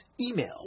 Email